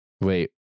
wait